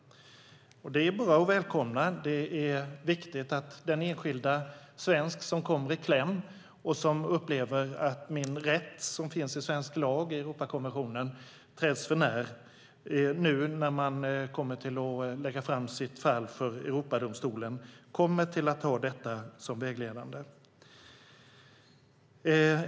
Det är bara att välkomna detta. Det är viktigt att den enskilde svensk som kommer i kläm och som upplever att "min rätt" som finns i svensk lag och i Europakonventionen träds för när kommer att ha detta som vägledande då det egna fallet läggs fram för Europadomstolen.